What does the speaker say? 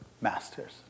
masters